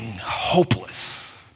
hopeless